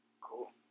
Cool